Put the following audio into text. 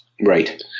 Right